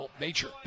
nature